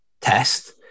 test